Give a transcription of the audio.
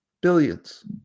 Billions